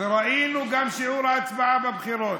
וראינו גם את שיעור ההצבעה בבחירות.